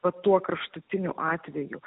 va tuo kraštutiniu atveju